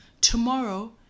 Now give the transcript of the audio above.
tomorrow